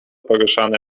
poruszane